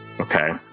Okay